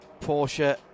Porsche